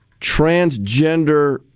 transgender